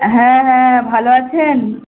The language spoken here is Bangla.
হ্যাঁ হ্যাঁ ভালো আছেন